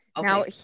Now